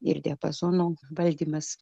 ir diapazono valdymas